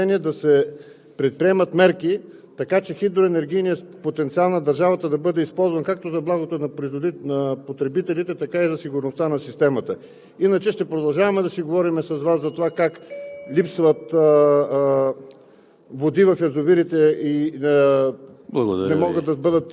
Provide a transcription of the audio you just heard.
„Горна Арда“, която въобще липсва в Стратегията, или все пак имате намерение да се предприемат мерки, така че хидроенергийният потенциал на държавата да бъде използван както за благото на потребителите, така и за сигурността на системата? Иначе ще продължаваме да си говорим с Вас за това как липсват